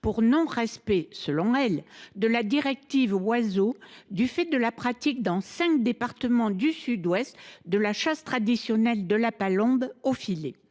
pour non respect, selon elle, de la directive Oiseaux, du fait de la pratique dans cinq départements du Sud Ouest de la chasse traditionnelle de la palombe au filet.